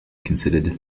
considered